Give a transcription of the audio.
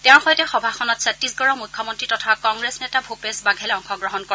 তেওঁৰ সৈতে সভাখনত ছওীশগড়ৰ মুখ্যমন্ত্ৰী তথা কংগ্ৰেছ নেতা ভূপেশ বাঘেলে অংশগ্ৰহণ কৰে